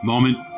Moment